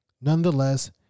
Nonetheless